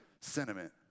sentiment